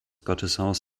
gotteshaus